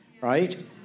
Right